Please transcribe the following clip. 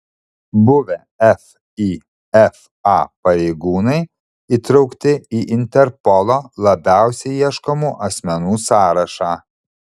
buvę fifa pareigūnai įtraukti į interpolo labiausiai ieškomų asmenų sąrašą